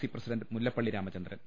C president Mullappally Ramachandran